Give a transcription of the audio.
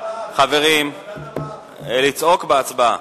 חברים, לצעוק, בהצבעה.